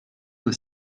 aux